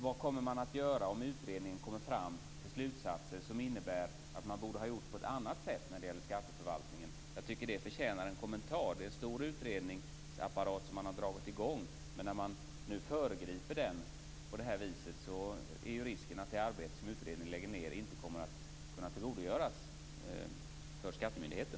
Vad kommer man att göra om utredningen kommer fram till slutsatser som innebär att man borde ha gjort på ett annat sätt när det gäller skatteförvaltningen? Det förtjänar en kommentar. Det är en stor utredningsapparat som har dragits i gång, men när man nu föregriper den på det här viset är risken att det arbete som utredningen lägger ned inte kommer att kunna tillgodogöras för skattemyndigheten.